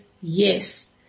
Yes